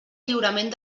lliurament